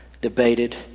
debated